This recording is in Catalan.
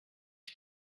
els